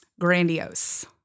grandiose